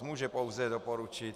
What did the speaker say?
Může pouze doporučit.